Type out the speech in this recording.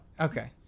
Okay